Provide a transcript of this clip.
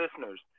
listeners